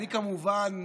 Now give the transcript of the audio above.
כמובן,